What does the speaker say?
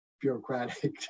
bureaucratic